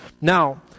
Now